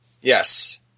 Yes